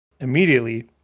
Immediately